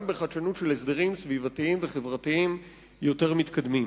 גם בחדשנות של הסדרים סביבתיים וחברתיים יותר מתקדמים.